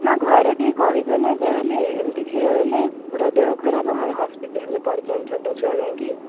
ନା ଘରେ ଟିକେ କହିବେ ନା ଯାହା ହେଲେ ଏମିତି କ୍ଷୀର ଦେଲେ ପୁରା ଦେହ ଖରାପ ଆମର ହସ୍ପିଟାଲରେ ପଡ଼ିଛନ୍ତି ଛୋଟ ଛୁଆ ଯାଇକି